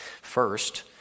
First